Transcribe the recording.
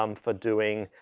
um for doing